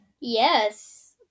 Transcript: Yes